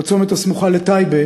בצומת הסמוך לטייבה,